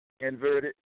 Inverted